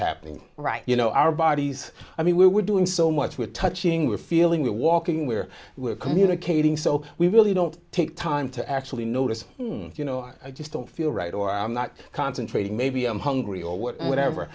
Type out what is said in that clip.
happening right you know our bodies i mean we're doing so much we're touching we're feeling we're walking we're we're communicating so we really don't take time to actually notice you know i just don't feel right or i'm not concentrating maybe i'm hungry or what